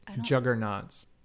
Juggernauts